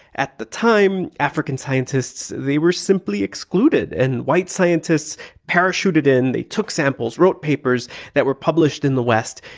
at the time, african scientists they were simply excluded. excluded. and white scientists parachuted in, they took samples, wrote papers that were published in the west,